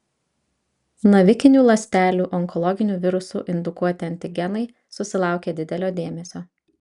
navikinių ląstelių onkologinių virusų indukuoti antigenai susilaukė didelio dėmesio